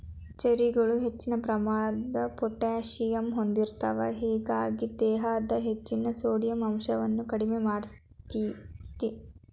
ಚೆರ್ರಿಗಳು ಹೆಚ್ಚಿನ ಪ್ರಮಾಣದ ಪೊಟ್ಯಾಸಿಯಮ್ ಹೊಂದಿರ್ತಾವ, ಹೇಗಾಗಿ ದೇಹದಾಗ ಹೆಚ್ಚಿನ ಸೋಡಿಯಂ ಅಂಶವನ್ನ ಕಡಿಮಿ ಮಾಡ್ತೆತಿ